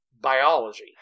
biology